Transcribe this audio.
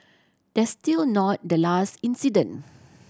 that's still not the last incident